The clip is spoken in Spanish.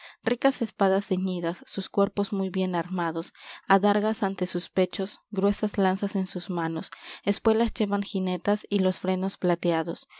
ricas espadas ceñidas sus cuerpos muy bien armados adargas ante sus pechos gruesas lanzas en sus manos espuelas llevan jinetas y los frenos plateados